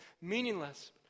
meaningless